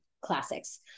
classics